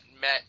met